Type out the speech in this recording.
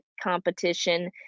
competition